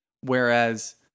Whereas